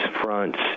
fronts